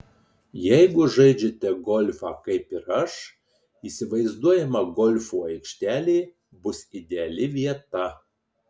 jeigu žaidžiate golfą kaip ir aš įsivaizduojama golfo aikštelė bus ideali vieta